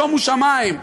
שומו שמים,